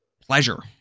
pleasure